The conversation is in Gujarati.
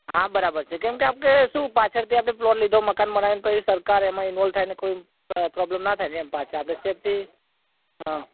હા બરાબર છે કેમ કે આપણે શું પાછળથી આપણે પ્લૉટ લીધો મકાન બનાવ્યું પછી સરકાર એમાં ઇનવોલ્વ થાય ને કોઈ પ પ્રોબ્લેમ ના થાય ને એમ પાછળ આપણે સેફ્ટી હા